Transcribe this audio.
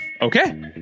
Okay